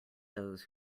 those